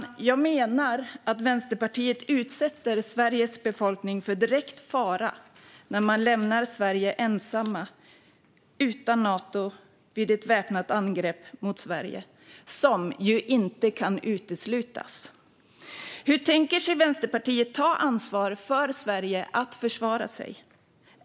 Enligt mig utsätter Vänsterpartiet Sveriges befolkning för direkt fara när man vill låta Sverige vara ensamt och utan Nato vid ett väpnat angrepp mot Sverige, vilket ju inte kan uteslutas. Hur tänker Vänsterpartiet ta ansvar för att Sverige ska kunna försvara sig?